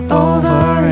over